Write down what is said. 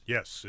Yes